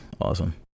awesome